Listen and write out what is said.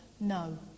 No